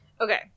Okay